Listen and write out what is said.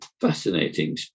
fascinating